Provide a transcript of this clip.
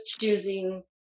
choosing